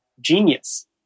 Genius